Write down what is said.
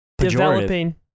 Developing